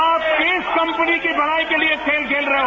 आप किस कंपनी की भलाई के लिए खेल खेल रहे हो